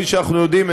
כפי שאנחנו יודעים,